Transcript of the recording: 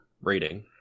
rating